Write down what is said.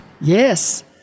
Yes